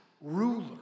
ruler